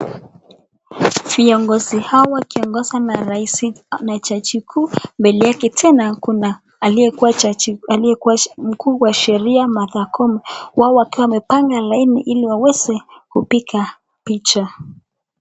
Viongozi hawa, kiongozi ama rais na jaji kuu mbele yake tena kuna aliyekuwa mkuu wa sheria Martha Koome, wao wakiwa wamepanga laini ili waweze kupiga picha.